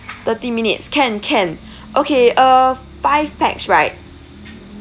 thirty minutes can can okay uh five pax right